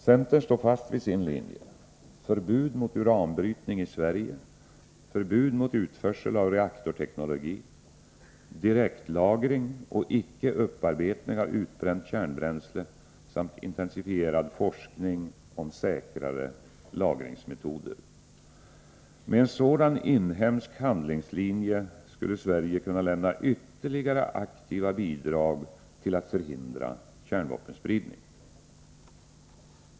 Centern står fast vid sin linje: förbud mot uranbrytning i Sverige, förbud mot utförsel av reaktorteknologi, direktlagring och icke upparbetning av utbränt kärnbränsle samt intensifierad forskning om säkrare lagringsmetoder. Med en sådan inhemsk handlingslinje skulle Sverige kunna lämna ytterligare aktiva bidrag till att förhindra kärnvapenspridning.